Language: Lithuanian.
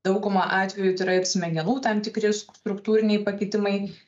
dauguma atvejų tai yra ir smegenų tam tikri struktūriniai pakitimai